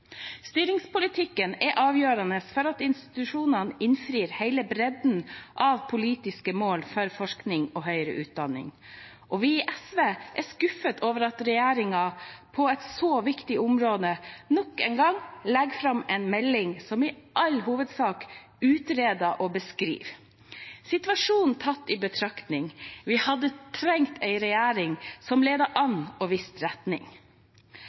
Styringspolitikken er avgjørende for at institusjonene innfrir hele bredden av politiske mål for forskning og høyere utdanning, og vi i SV er skuffet over at regjeringen på et så viktig område nok en gang legger fram en melding som i all hovedsak utreder og beskriver. Situasjonen tatt i betraktning: Vi hadde trengt en regjering som ledet an og viste retning.